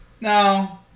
No